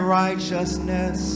righteousness